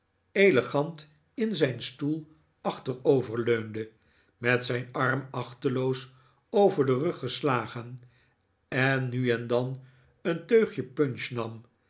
elegant in zijn stoel achterover leunde met zijn arm achteloos over den rug geslagen en nu en dan een teugje punch nam